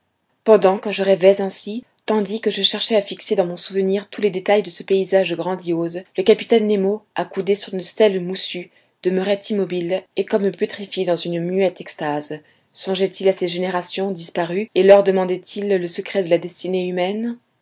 pendant que je rêvais ainsi tandis que je cherchais à fixer dans mon souvenir tous les détails de ce paysage grandiose le capitaine nemo accoudé sur une stèle moussue demeurait immobile et comme pétrifié dans une muette extase songeait-il à ces générations disparues et leur demandait-il le secret de la destinée humaine